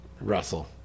Russell